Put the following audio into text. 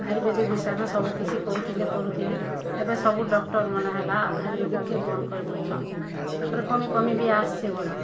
ayurvedic ବିଷୟ ନ ସବୁ କିଛି କହୁଥିଲେ କରୁଥିଲେ ଏବେ ସବୁ ଡ଼କ୍ଟର୍ମାନେ ହେଲା ଆୟୁର୍ବେଦିକ୍ ବନ୍ଦ୍ କରିଦେଉଛନ୍ ତା'ର୍ପରେ କମି କମି ବି ଆସୁଛେ ବଲ